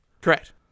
Correct